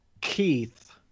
keith